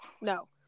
no